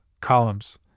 columns